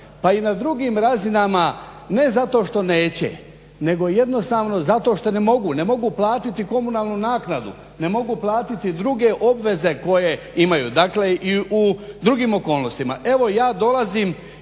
pa i na drugim razinama ne zato što neće nego jednostavno zato što ne mogu, ne mogu platiti komunalnu naknadu, ne mogu platiti druge obveze koje imaju dakle i u drugim okolnostima.